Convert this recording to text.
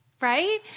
Right